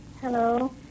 Hello